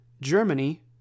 Germany